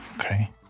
Okay